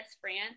France